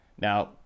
Now